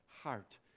heart